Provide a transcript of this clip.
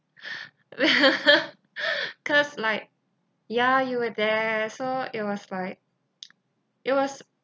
cause like ya you were there so it was like it was